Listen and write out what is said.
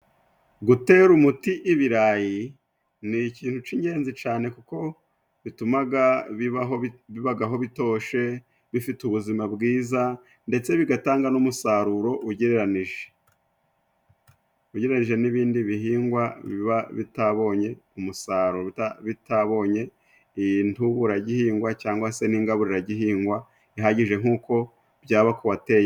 Gutera umuti ibirayi ni ikintu c'ingenzi cane, kuko bitumaga bibagaho bitoshe, bifite ubuzima bwiza, ndtse bigatanga n'umusaruro ugereranije. Ugereranyije n'ibindi bihingwa baba bitabonye umusaruro bitabonye intuburagihingwa ndetse n'ingaburiragihingwa bihagije nkuko byaba ku wateye.